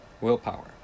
willpower